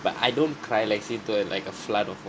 but I don't cry lets say to a like a flood of